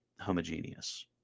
homogeneous